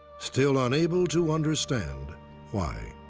still unable to understand why.